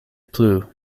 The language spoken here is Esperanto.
plu